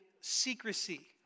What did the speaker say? secrecy